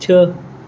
छह